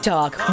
Talk